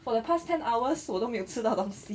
for the past ten hours 我都没有吃到东西